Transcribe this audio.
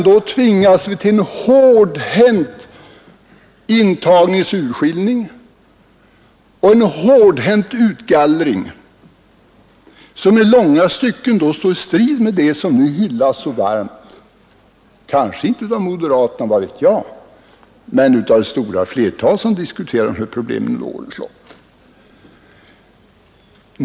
Då tvingas vi till en hårdhänt intagningsutskiljning och en hårdhänt utgallring, som i långa stycken står i strid med de principer som hyllas så varmt — kanske inte av moderaterna, vad vet jag, men av det stora flertalet som har diskuterat dessa problem under årens lopp.